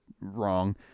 wrong